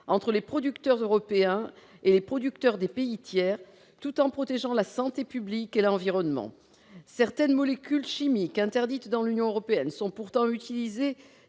entre les producteurs européens et les producteurs des pays tiers, tout en protégeant la santé publique et l'environnement. Certaines molécules chimiques interdites en Union européenne sont pourtant utilisées